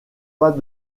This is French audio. pas